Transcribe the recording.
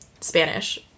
Spanish